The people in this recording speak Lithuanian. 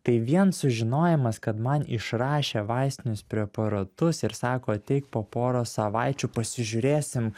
tai vien sužinojimas kad man išrašė vaistinius preparatus ir sako ateik po poros savaičių pasižiūrėsim